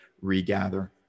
regather